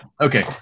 Okay